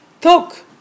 talk